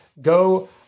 go